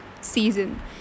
season